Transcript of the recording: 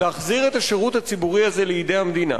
להחזיר את השירות הציבורי הזה לידי המדינה.